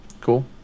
cool